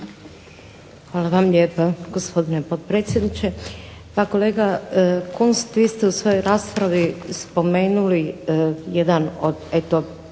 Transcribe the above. Hvala vam lijepa gospodine potpredsjedniče. Pa kolega Kunst vi ste u svojoj raspravi spomenuli jedan od